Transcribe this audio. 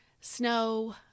snow